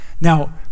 Now